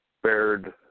spared